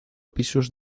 pisos